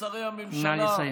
שרי הממשלה, נא לסיים.